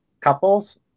couples